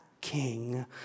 king